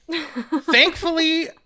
Thankfully